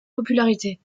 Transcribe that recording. popularité